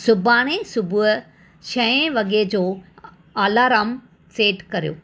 सुभाणे सुबुह छहे वॻे जो अलारम सेट करियो